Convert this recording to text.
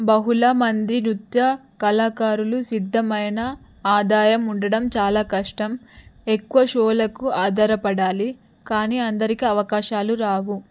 బహుళ మంది నృత్య కళాకారులు సిద్ధమైన ఆదాయం ఉండడం చాలా కష్టం ఎక్కువ షోలకు ఆధారపడాలి కానీ అందరికీ అవకాశాలు రావు